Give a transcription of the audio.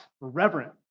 reverent